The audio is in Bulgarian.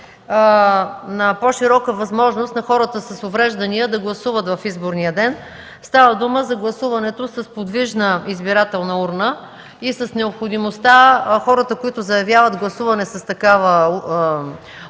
на по-широка възможност на хората с увреждания да гласуват в изборния ден. Става дума за гласуване с подвижна избирателна урна и за необходимостта хората, които заявяват гласуване с такава урна,